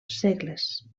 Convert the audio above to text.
segles